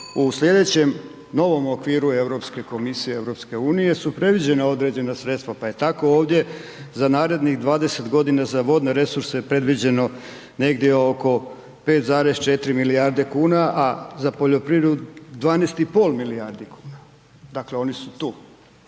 u slijedećem novom okviru Europske komisije EU su predviđena određena sredstva pa je tako ovdje za narednih 20 godina za vodne resurse predviđeno negdje oko 5,4 milijarde kuna, a za poljoprivredu 12,5 milijardi, dakle oni su tu